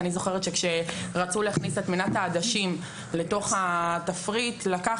אני זוכרת שכשרצו להכניס את מנת העדשים לתוך התפריט לקח